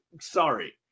Sorry